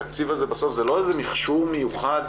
התקציב הזה בסוף זה לא איזה מכשור מיוחד